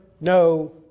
no